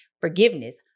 forgiveness